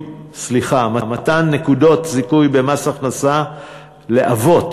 מתן נקודות זיכוי במס הכנסה לאבות